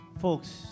folks